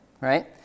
right